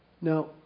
Now